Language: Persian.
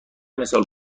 مثال